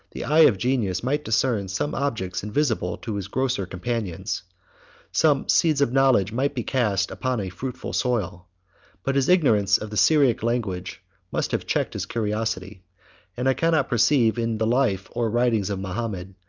the eye of genius might discern some objects invisible to his grosser companions some seeds of knowledge might be cast upon a fruitful soil but his ignorance of the syriac language must have checked his curiosity and i cannot perceive, in the life or writings of mahomet,